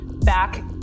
back